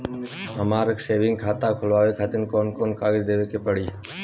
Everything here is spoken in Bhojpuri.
हमार सेविंग खाता खोलवावे खातिर कौन कौन कागज देवे के पड़ी?